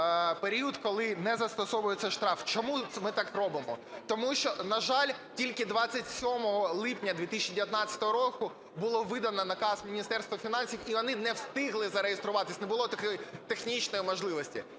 період, коли не застосовується штраф. Чому ми так робимо? Тому що, на жаль, тільки 27 липня 2019 року було видано наказ Міністерства фінансів, і вони не встигли зареєструватись, не було такої технічної можливості.